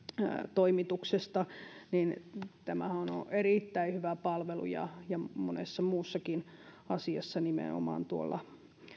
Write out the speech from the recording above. toimituksesta niin tämähän on erittäin hyvä palvelu ja ja monessa muussakin asiassa nimenomaan tuolla